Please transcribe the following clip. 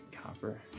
copper